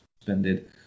suspended